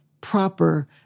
proper